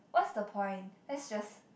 what's the point let's just